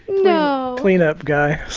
no cleanup guy